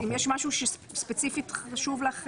אם משהו ספציפי שחשוב לך,